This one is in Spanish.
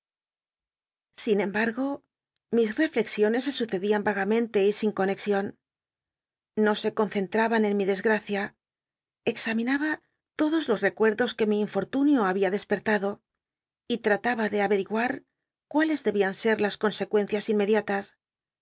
sin embargo mis reflexiones e ucedian va amente y sin conexion o se concentraban en mi desgr tcia examinaba todos los rccuetdos que mi infor'lunio había dcspcttado y m taba de arcriguar cu íles debían ser las consecuencias in